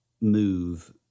move